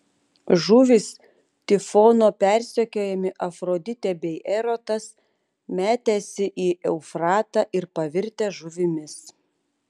žuvys tifono persekiojami afroditė bei erotas metęsi į eufratą ir pavirtę žuvimis